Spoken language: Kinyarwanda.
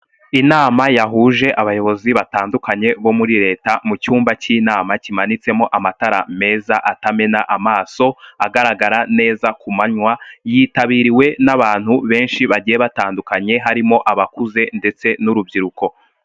Inama yahuje abayobozi batandukanye bo muri leta mu cyumba cy'inama kimanitsemo amatara meza atamena amaso agaragara neza ku manywa yitabiriwe n'abantu benshi bagiye batandukanye harimo abakuze ndetse n'urubyiruko.